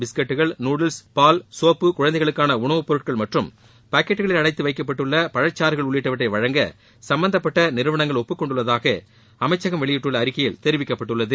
பிஸ்கெட்டுகள் noodles பால் soap குழந்தைகளுக்காள உணவுப்பொருட்கள் மற்றும் பாக்கெட்டுகளில் அளடத்து வைக்கப்பட்டள்ள பழக்சறுகள் உள்ளிட்டவற்றை வழங்க சும்பந்தப்பட்ட நிறுவனங்கள் ஒப்புக்கொண்டுள்ளதாக அமைச்சகம் வெளியிட்டுள்ள அறிக்கையில் தெரிவிக்கப்பட்டுள்ளது